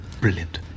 Brilliant